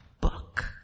Book